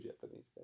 japanese